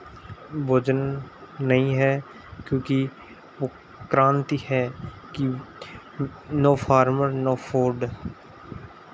भोजन नहीं है क्योंकि वो क्रान्ति है कि नो फार्मर नो फूड